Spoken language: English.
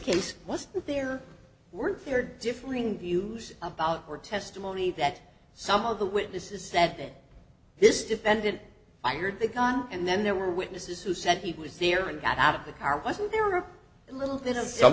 case was there were there differing views about her testimony that some of the witnesses said that this defendant fired the gun and then there were witnesses who said he was there and got out of the car wasn't there a little bit of